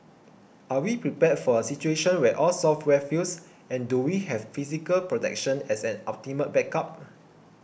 are we prepared for a situation where all software fails and do we have physical protection as an ultimate backup